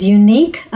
unique